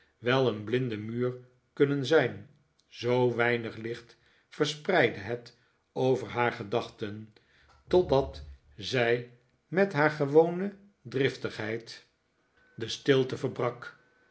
wel een blinde muur kunnen zijn zoo weinig licht verspreidde het over haar gedachten totdat zij met haar gewone driftigheid de david copper field stilte verbrak